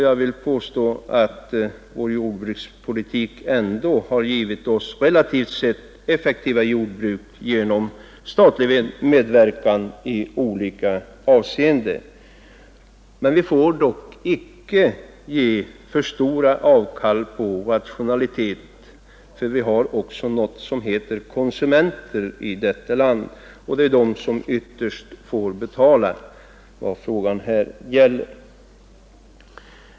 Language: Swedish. Jag vill påstå att vår jordbrukspolitik ändock givit oss relativt sett effektiva jordbruk genom statlig medverkan i olika avseenden. Vi får dock inte ge för stora avkall på rationalitet, för vi har också något som heter konsumenter i vårt land, och det är ytterst de som får betala det vi här gör.